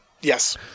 Yes